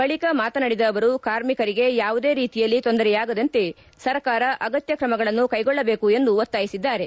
ಬಳಿಕ ಮಾತನಾಡಿದ ಅವರು ಕಾರ್ಮಿಕೆಂಗೆ ಯಾವುದೇ ರೀತಿಯಲ್ಲಿ ತೊಂದರೆಯಾಗದಂತೆ ಸರ್ಕಾರ ಅಗತ್ಯ ತ್ರಮಗಳನ್ನು ಕೈಗೊಳ್ಳಬೇಕು ಎಂದು ಒತ್ತಾಯಿಸಿದ್ದಾರೆ